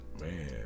man